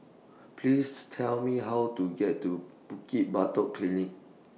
Please Tell Me How to get to Bukit Batok Polyclinic